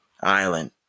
island